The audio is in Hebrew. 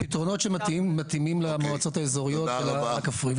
למצוא פתרונות שמתאימים למועצות האזוריות ולמרחב הכפרי.